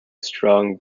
strong